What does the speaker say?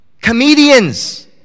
Comedians